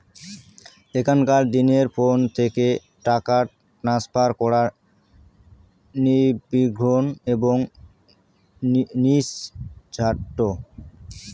এখনকার দিনে ফোন থেকে টাকা ট্রান্সফার করা নির্বিঘ্ন এবং নির্ঝঞ্ঝাট